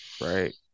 right